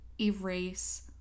erase